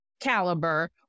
caliber